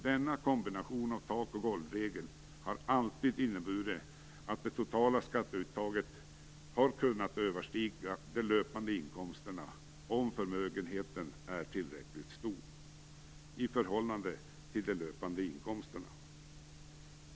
Denna kombination av tak och golvregel har alltid inneburit att det totala skatteuttaget har kunnat överstiga de löpande inkomsterna om förmögenheten är tillräckligt stor i förhållande till de löpande inkomsterna.